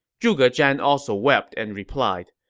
zhuge zhan also wept and replied,